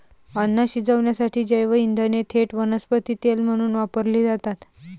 अन्न शिजवण्यासाठी जैवइंधने थेट वनस्पती तेल म्हणून वापरली जातात